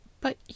But